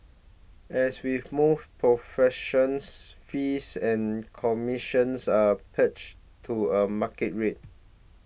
as with most professions fees and commissions are pegged to a market rate